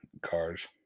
Cars